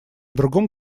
другом